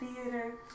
theater